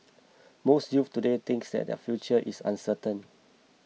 most youths today think that their future is uncertain